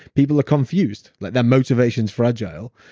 people are confused. like that motivation's fragile,